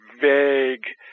vague